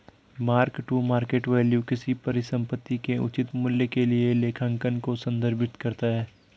mark to market value किसी परिसंपत्ति के उचित मूल्य के लिए लेखांकन को संदर्भित करता है